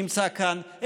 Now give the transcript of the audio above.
שנמצא כאן,